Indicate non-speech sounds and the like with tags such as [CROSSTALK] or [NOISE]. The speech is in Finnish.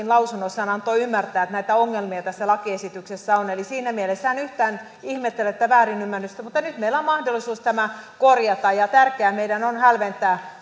[UNINTELLIGIBLE] lausunnossaan antoi ymmärtää että näitä ongelmia tässä lakiesityksessä on eli siinä mielessä en yhtään ihmettele tätä väärinymmärrystä mutta nyt meillä on mahdollisuus tämä korjata ja meidän on tärkeää hälventää [UNINTELLIGIBLE]